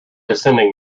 descending